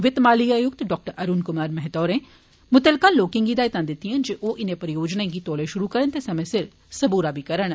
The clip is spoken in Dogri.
वित्त माली आयुक्त डा अरूण कुमार मेहता होरे मुतलका लोकें गी हिदायतां दित्तियां न जे ओ इनें परियोजनाएं गी षुरू करन ते समें सिर सबूरा करन